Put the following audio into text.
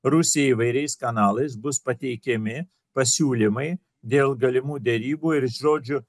rusijai įvairiais kanalais bus pateikiami pasiūlymai dėl galimų derybų ir žodžiu